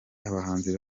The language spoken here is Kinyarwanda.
abahanzi